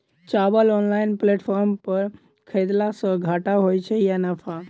चावल online platform पर खरीदलासे घाटा होइ छै या नफा?